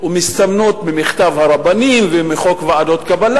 ומסתמנות במכתב הרבנים ומחוק ועדות קבלה